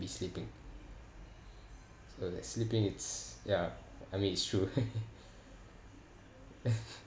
be sleeping so that sleeping it's ya I mean it's true